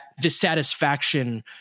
dissatisfaction